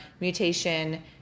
mutation